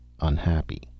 unhappy